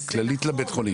באופן כללי בבית החולים,